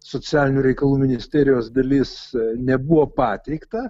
socialinių reikalų ministerijos dalis nebuvo pateikta